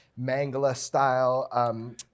Mangala-style